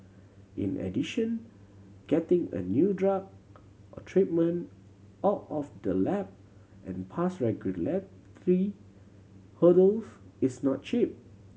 in addition getting a new drug or treatment out of the lab and past regulatory hurdles is not cheap